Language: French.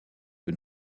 que